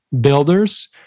builders